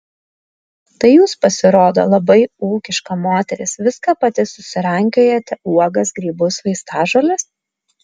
tai jūs pasirodo labai ūkiška moteris viską pati susirankiojate uogas grybus vaistažoles